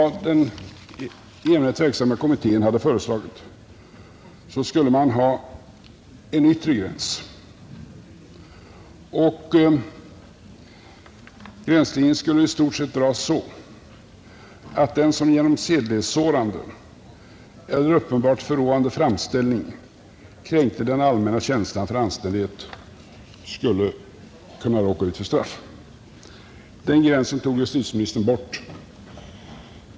Den verksamma kommittén hade föreslagit att man skulle ha en yttre gränslinje som i stort sett skulle dras så att den som genom sedlighetssårande eller uppenbart förråande framställning kränkte den allmänna känslan för anständighet skulle kunna råka ut för straff. Den gränsen tog justitieministern bort.